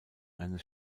eines